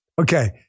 Okay